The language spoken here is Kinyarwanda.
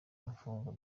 infungwa